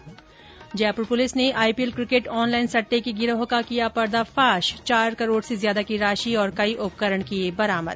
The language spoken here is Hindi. ् जयपुर पुलिस ने आईपीएल क्रिकेट ऑनलाइन सट्टे के गिरोह का किया पर्दाफाश चार करोड से ज्यादा की राशि और कई उपकरण किये बरामद